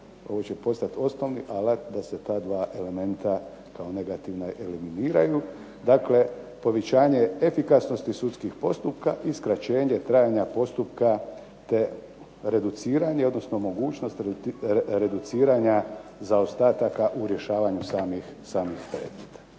Ovo će postati osnovni alat da se ta dva elementa kao negativna eliminiraju. Dakle, povećanje efikasnosti sudskih postupaka i skraćenje trajanja postupka, te reduciranje, odnosno mogućnost reduciranja zaostataka u rješavanju samih predmeta.